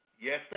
Yes